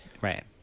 Right